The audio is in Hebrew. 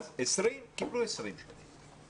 אז 20 קיבלו 20 שקלים.